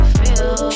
feel